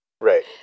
Right